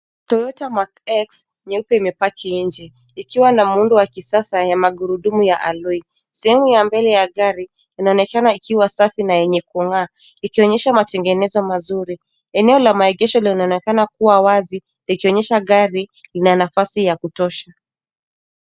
Toyota Mark X nyeupe imepaki nje ikiwa na muundo wa kisasa wa magurudumu ya aloi. Sehemu ya mbele ya gari inaonekana ikiwa safi na yenye kung'aa ikionyesha matengenezo mazuri. Eneo la maegesho linaonekana kuwa wazi likionyesha gari ina nafasi ya kutosha.